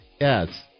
Yes